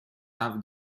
have